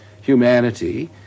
humanity